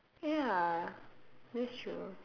ya that's true